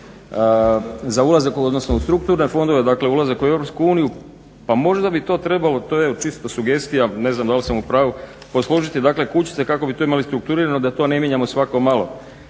za ulazak odnosno u strukturne fondove. Dakle, ulazak u EU pa možda bi to trebalo, to je čisto sugestija, ne znam da li sam u pravu posložiti dakle kućice kako bi tu imali strukturirano da to ne mijenjamo svako malo.